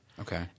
Okay